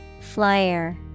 Flyer